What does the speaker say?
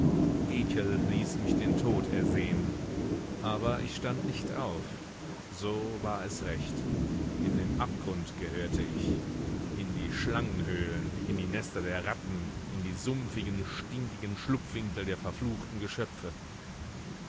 ließ mich den tod ersehnen aber ich stand nicht auf so war es recht in den abgrund gehörte ich in die schlangenhöhlen in die nester der ratten in die sumpfigen stinkigen schlupfwinkel der verfluchten geschöpfe